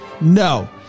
No